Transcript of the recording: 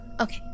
Okay